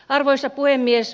arvoisa puhemies